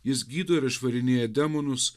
jis gydo ir išvarinėja demonus